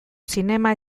zinema